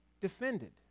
defended